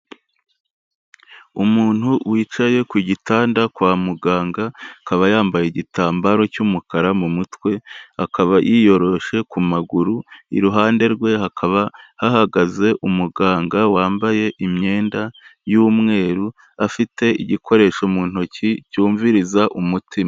Umuntu wicaye ku gitanda kwa muganga, akaba yambaye igitambaro cy'umukara mu mutwe, akaba yiyoroshe ku maguru, iruhande rwe hakaba hahagaze umuganga wambaye imyenda y'umweru, afite igikoresho mu ntoki cyumviriza umutima.